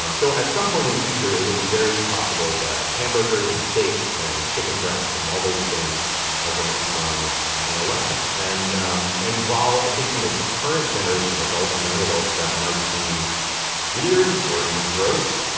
um so at some point in the future it will be very possible that hamburgers and steaks and chicken breasts and all those things are going to be grown in a lab. and um and while i think, you know, to the current generation of adults and young adults, that might seem weird or even gross,